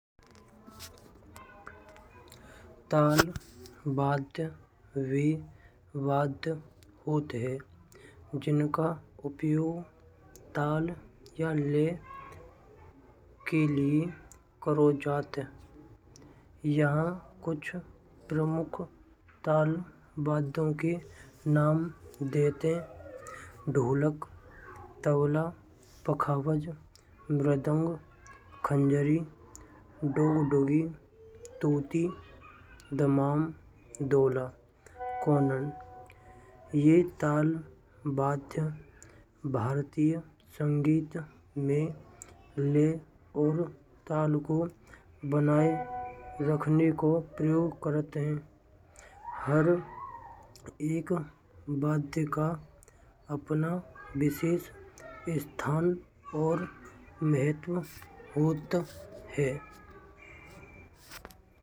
तालवाद्य वे वाद्य होत हैं जिनका उपयोग ताल या लय के लिये करो जात है। यहाँ कुछ प्रमुख तालवाद्यों के नाम देते हैं ढोलक, तबला, पखावज, मृदंग, खँजर। डुगडुगी, तुती, दमाम, डोला, कोन्नान ये तालवाद्य भरतीयसंगीत में लय और ताल को बनाए रखने को प्रयोग करत हैं। हर एक वाद्य का अपना एक विशेष स्थान और महत्व होत है।